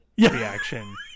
reaction